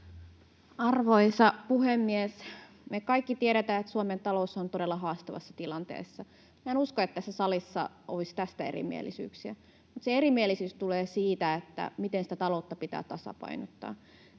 Arvoisa puhemies! Me kaikki tiedetään, että Suomen talous on todella haastavassa tilanteessa. Minä en usko, että tässä salissa olisi tästä erimielisyyksiä, mutta se erimielisyys tulee siitä, miten sitä taloutta pitää tasapainottaa.